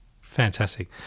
Fantastic